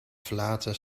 verlaten